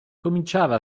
cominciava